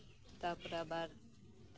ᱛᱟᱨᱯᱚᱨᱮ ᱟᱵᱟᱨ